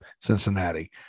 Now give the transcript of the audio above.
Cincinnati